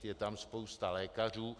Je tam spousta lékařů.